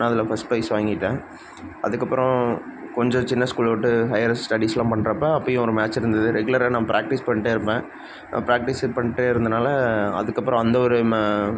நான் அதில் first prize வாங்கிவிட்டேன் அதுக்கப்புறம் கொஞ்சம் சின்ன ஸ்கூலை விட்டு ஹையர் ஸ்டடீஸ்செல்லாம் பண்ணுறப்ப அப்பயும் ஒரு மேட்ச் இருந்தது ரெகுலராக நான் ப்ராக்டிஸ் பண்ணிகிட்டே இருப்பேன் ப்ராக்டிஸ்ஸு பண்ணிகிட்டே இருந்தனால் அதுக்கப்புறம் அந்த ஒரு ம